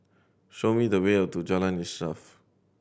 show me the way to Jalan Insaf